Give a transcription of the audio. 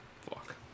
Fuck